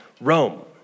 Rome